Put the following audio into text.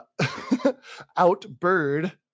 outbird